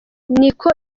niko